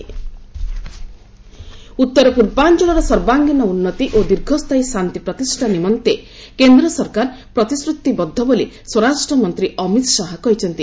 Amit Shah north east ଉତ୍ତର ପୂର୍ବାଞ୍ଚଳର ସର୍ବାଙ୍ଗୀନ ଉନ୍ନତି ଓ ଦୀର୍ଘସ୍ଥାୟୀ ଶାନ୍ତି ପ୍ରତିଷ୍ଠା ନିମନ୍ତେ କେନ୍ଦ୍ର ସରକାର ପ୍ରତିଶ୍ରତିବଦ୍ଧ ବୋଲି ସ୍ୱରାଷ୍ଟ୍ର ମନ୍ତ୍ରୀ ଅମିତ୍ ଶାହା କହିଛନ୍ତି